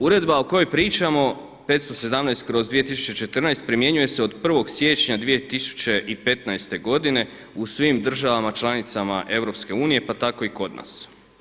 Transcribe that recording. Uredba o kojoj pričamo 517/2014. primjenjuje se od 1. siječnja 2015. godine u svim državama članicama EU pa tako i kod nas.